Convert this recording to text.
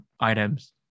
items